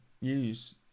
use